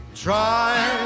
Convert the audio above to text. Try